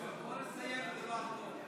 בוא נסיים בדבר טוב.